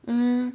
mm